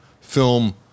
film